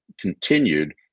continued